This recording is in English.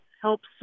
helps